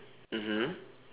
mmhmm